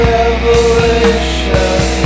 Revelation